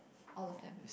all of them